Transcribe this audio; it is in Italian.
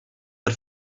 per